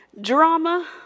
drama